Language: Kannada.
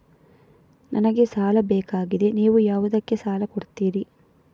ನನಗೆ ಸಾಲ ಬೇಕಾಗಿದೆ, ನೀವು ಯಾವುದಕ್ಕೆ ಸಾಲ ಕೊಡ್ತೀರಿ?